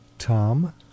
Tom